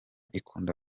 ikunda